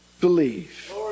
believe